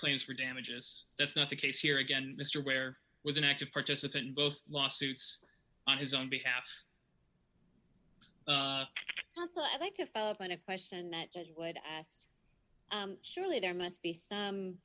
claims for damages that's not the case here again mr ware was an active participant in both lawsuits on his own behalf i'd like to follow up on a question that just would asked surely there must be some